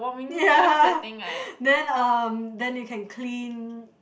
ya then um then you can clean